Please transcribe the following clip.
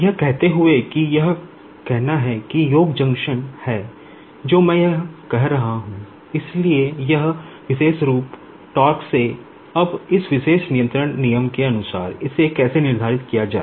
यह कहते हुए कि यह कहना है कि योग जंक्शन है जो मैं कह रहा हूं इसलिए यह विशेष रूप से अब इस विशेष नियंत्रण नियम के अनुसार इसे कैसे निर्धारित किया जाए